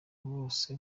bose